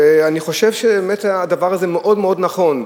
ואני חושב שהדבר הזה מאוד מאוד נכון.